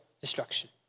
destruction